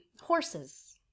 Horses